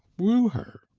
woo her,